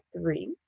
three